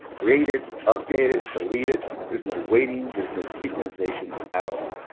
create it, update it, delete it there's no waiting. there's no synchronization at all.